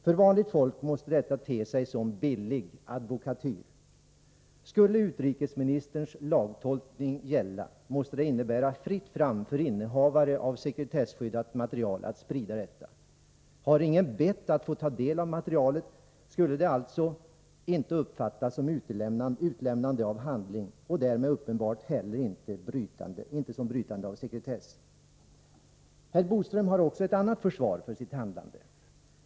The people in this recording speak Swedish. För vanligt folk måste detta te sig som billig advokatyr. Skulle utrikesministerns lagtolkning gälla, måste det innebära fritt fram för innehavare av sekretesskyddat material att sprida detta. Har ingen bett om att få ta del av materialet, skulle det alltså inte uppfattas som utlämnande av handling och därmed uppenbarligen heller inte som brytande av sekretess. Herr Bodström har också ett annat försvar för sitt handlande.